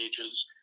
ages